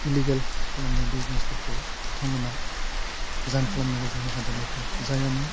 illegal खालामनाय बिजनेसफोरखौ बिथांमोनहा गोजान खालामनांगौ जोंनि हादरनिफ्राइ जायहानि